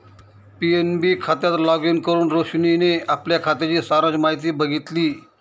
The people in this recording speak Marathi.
पी.एन.बी खात्यात लॉगिन करुन रोशनीने आपल्या खात्याची सारांश माहिती बघितली